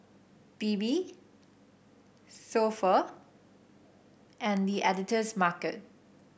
Bebe So Pho and The Editor's Market